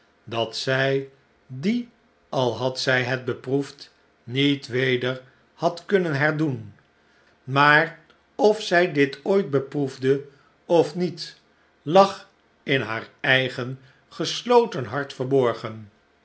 dat zij die al had zij het beproefd niet weder had kunnen herdoen maar of zij dit ooit beproefde of niet lag in haar eigen gesloten hart verborgen